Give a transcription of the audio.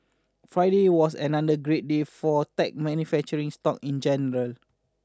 Friday was another great day for tech manufacturing stock in general